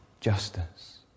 justice